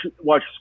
watch